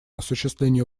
осуществлению